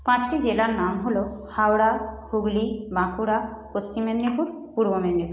পাঁচটি জেলার নাম হলো হাওড়া হুগলি বাঁকুড়া পশ্চিম মেদিনীপুর পূর্ব মেদিনীপুর